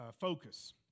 focus